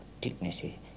dignity